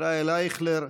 ישראל אייכלר,